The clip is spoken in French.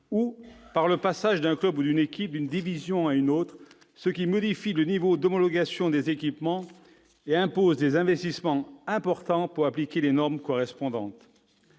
suite du passage d'un club ou d'une équipe d'une division à une autre, ce qui modifie le niveau d'homologation des équipements et impose des investissements importants pour appliquer les normes correspondantes.